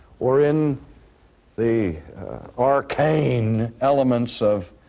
or in the arcane elements of